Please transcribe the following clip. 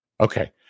Okay